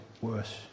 worse